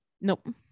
Nope